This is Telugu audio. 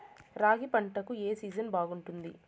రాగి పంటకు, ఏ సీజన్ బాగుంటుంది?